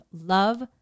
love